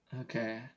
Okay